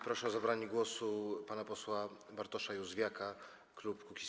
Proszę o zabranie głosu pana posła Bartosza Józwiaka, klub Kukiz’15.